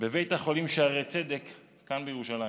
בבית החולים שערי צדק כאן, בירושלים.